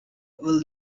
will